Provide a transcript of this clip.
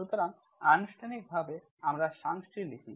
সুতরাং আনুষ্ঠানিকভাবে আমরা সংজ্ঞাটি লিখি